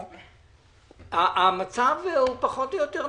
המצב הוא קטסטרופאלי.